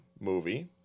movie